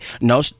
No